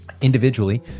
Individually